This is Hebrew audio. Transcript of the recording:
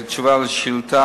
זו התשובה על השאילתא